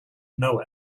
know